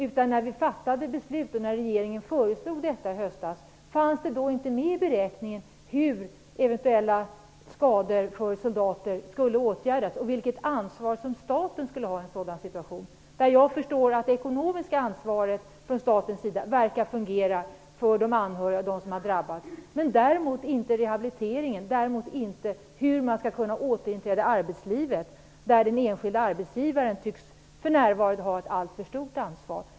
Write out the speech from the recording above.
Fanns det inte med i beräkningen, när regeringen föreslog detta i höstas och vi fattade beslut i frågan, hur eventuella skador skulle åtgärdas för soldaterna och vilket ansvar staten skulle ha i en sådan situation? Vad jag förstår verkar det ekonomiska ansvaret från statens sida för de anhöriga och dem som har drabbats fungera, men däremot inte rehabiliteringen och hur den skadade skall kunna återinträda i arbetslivet. Där tycks den enskilde arbetsgivaren för närvarande ha ett alltför stort ansvar.